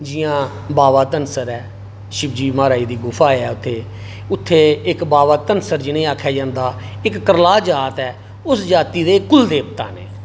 बाबा धनसर ऐ शिवजी महाराज दी गुफा ऐ उत्थै उत्थै इक बाबा धनसर जि'नेंई आखेआ जंदा इक जात ऐ उस जाती दे कुलदेवता न एह्